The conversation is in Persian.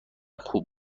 خوب